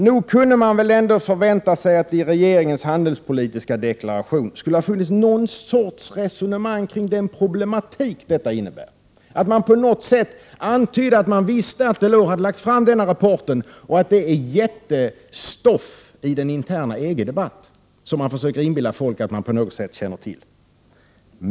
Nog kunde man väl ändå förvänta sig att det i regeringens handelspolitiska deklaration skulle ha funnits någon sorts resonemang om den problematik som detta innebär, att man på något sätt hade antytt att man kände till att Delors lagt fram denna rapport och att den är jättestoffi den interna EG-debatten, som man försöker inbilla folk att man på något sätt känner till.